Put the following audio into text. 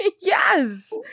Yes